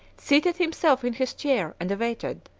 seated himself in his chair, and awaited,